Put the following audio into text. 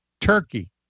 Turkey